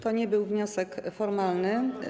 To nie był wniosek formalny.